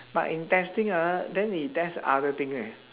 but in testing ah then he test other thing leh